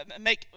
make